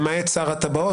למעט שר הטבעות",